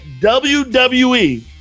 WWE